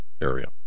area